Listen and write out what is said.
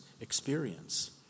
experience